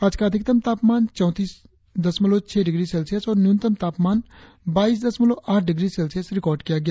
आज का अधिकतम तापमान चौतीस छह डिग्री सेल्सियस और न्यूनतम तापमान बाईस दशमलव आठ डिग्री सेल्सियस रिकार्ड किया गया